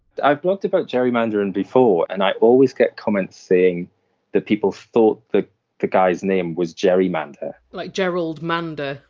i've blogged about gerrymandering before and i always get comments saying that people thought the the guy's name was gerry mander like gerald mander?